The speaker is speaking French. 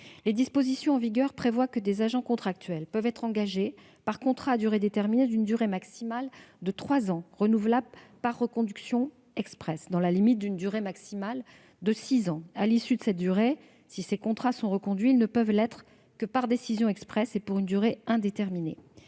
Les dispositions en vigueur prévoient que des agents contractuels peuvent être engagés par contrat à durée déterminée d'une durée maximale de trois ans, renouvelable, par reconduction expresse, dans la limite d'une durée maximale de six ans. Si, à l'issue de cette période, ces contrats sont reconduits, ils ne peuvent l'être que par décision expresse et pour une durée indéterminée.